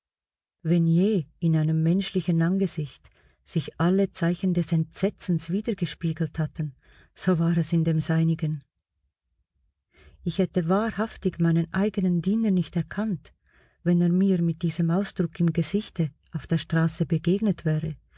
wenn je in einem menschlichen angesicht sich alle zeichen des entsetzens wieder gespiegelt hatten so war es in dem seinigen ich hätte wahrhaftig meinen eigenen diener nicht erkannt wenn er mir mit diesem ausdruck im gesichte auf der straße begegnet wäre